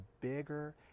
bigger